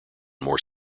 more